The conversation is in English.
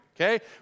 okay